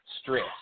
stress